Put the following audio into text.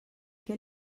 què